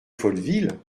folleville